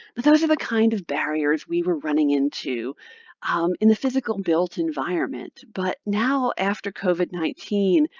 but those are the kind of barriers we were running into in the physical built environment. but now after covid nineteen,